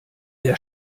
der